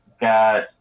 got